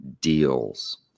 deals